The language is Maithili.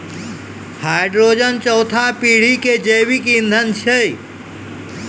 हाइड्रोजन चौथा पीढ़ी के जैविक ईंधन छै